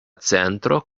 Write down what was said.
centro